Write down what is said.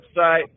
website